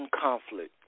Conflict